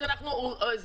אז זה.